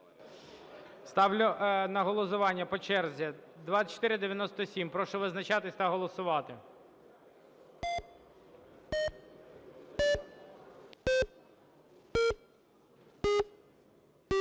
Ставлю на голосування по черзі. 2497. Прошу визначатися та голосувати.